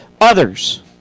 others